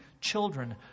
children